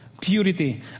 purity